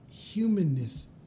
humanness